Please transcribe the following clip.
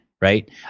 Right